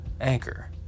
Anchor